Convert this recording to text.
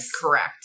Correct